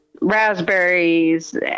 raspberries